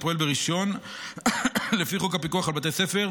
הפועל ברישיון לפי חוק הפיקוח על בתי ספר,